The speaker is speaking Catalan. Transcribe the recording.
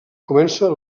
comença